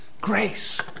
Grace